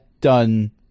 done